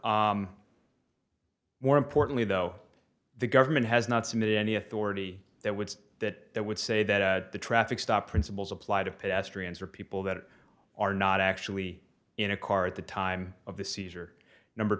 more more importantly though the government has not submitted any authority that would say that that would say that the traffic stop principles apply to pedestrians or people that are not actually in a car at the time of the seizure number